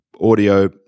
audio